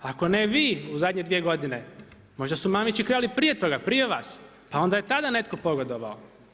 Ako ne vi u zadnje dvije godine, možda su Mamići krali prije toga, prije vas pa onda je tada netko pogodovao.